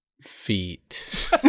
feet